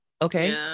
okay